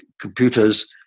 computers